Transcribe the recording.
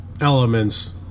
elements